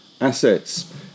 assets